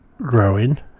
growing